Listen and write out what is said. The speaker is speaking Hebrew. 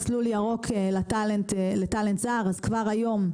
אז כבר היום רשות החדשות מקדמת מסלול ירוק.